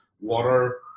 water